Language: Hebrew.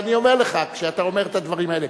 אני אומר לך, כשאתה אומר את הדברים האלה,